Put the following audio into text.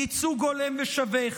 ייצוג הולם ושווה,